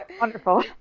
wonderful